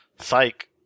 Psych